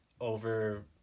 over